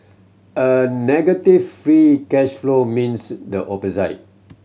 a negative free cash flow means the opposite